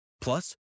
Plus